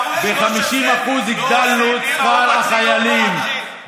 העלינו את השלמת הכנסה לקשישים ל-3,710 שקלים,